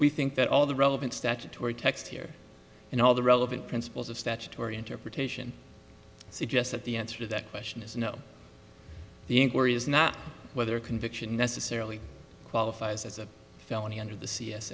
we think that all the relevant statutory text here in all the relevant principles of statutory interpretation suggest that the answer that question is no the inquiry is not whether a conviction necessarily qualifies as a felony under the c